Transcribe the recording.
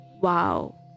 wow